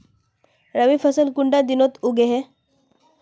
रवि फसल कुंडा दिनोत उगैहे?